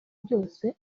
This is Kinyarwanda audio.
byose